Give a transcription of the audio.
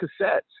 cassettes